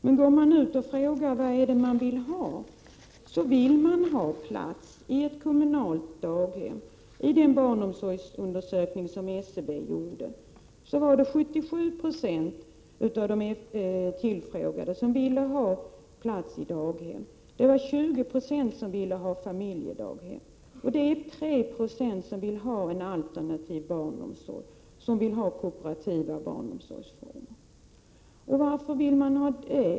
Men går man ut och frågar vad barnfamiljerna vill ha, så visar det sig att de vill ha plats för sina barn i ett kommunalt daghem. Enligt den barnomsorgsundersökning som SCB gjort vill 77 90 av de tillfrågade ha plats för sina barn i kommunalt daghem, 20 96 vill ha familjedaghem och 3 97 vill ha en alternativ barnomsorg, kooperativa barnomsorgsformer.